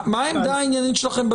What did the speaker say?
מה העמדה שלכם?